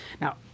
now